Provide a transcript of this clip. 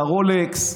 לרולקס,